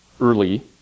early